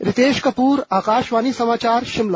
रितेश कप्रर आकाशवाणी समाचार शिमला